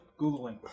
googling